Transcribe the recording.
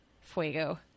fuego